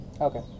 Okay